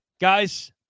Guys